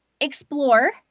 explore